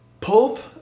pulp